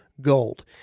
Gold